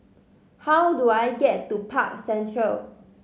how do I get to Park Central